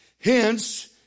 Hence